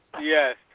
Yes